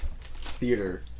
theater